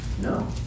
No